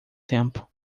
tempo